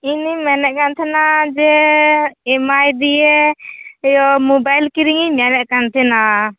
ᱤᱧᱤᱧ ᱢᱮᱱᱮᱫ ᱠᱟᱱᱟ ᱡᱮ ᱮᱢᱟᱭ ᱫᱤᱭᱮ ᱤᱭᱟᱹ ᱢᱳᱵᱟᱭᱤᱞ ᱠᱤᱨᱤᱧᱤᱧ ᱢᱮᱱᱮᱫ ᱠᱟᱱ ᱛᱟᱦᱮᱱᱟ